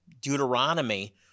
Deuteronomy